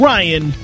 Ryan